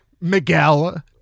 Miguel